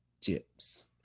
chips